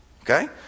Okay